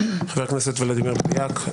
בדיוק להפך.